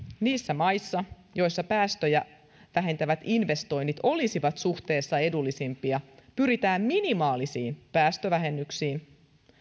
niissä maissa joissa päästöjä vähentävät investoinnit olisivat suhteessa edullisimpia pyritään minimaalisiin päästövähennyksiin